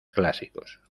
clásicos